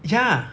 ya